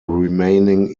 remaining